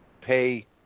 pay